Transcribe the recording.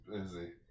busy